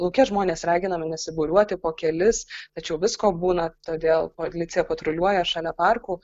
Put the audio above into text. lauke žmonės raginami nesibūriuoti po kelis tačiau visko būna todėl policija patruliuoja šalia parkų